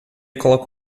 coloca